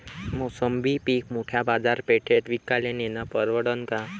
मोसंबी पीक मोठ्या बाजारपेठेत विकाले नेनं परवडन का?